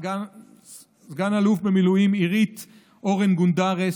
סא"ל במילואים עירית אורן גונדרס,